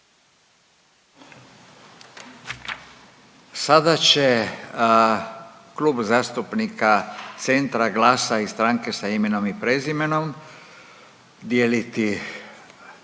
Sada će Klub zastupnika Centra, Glasa i Stranke sa imenom i prezimenom dijeliti